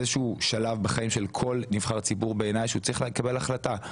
איזה שהוא שלב בחיים של כל נבחר ציבור בעיניי שהוא צריך לקבל החלטה,